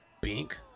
Bink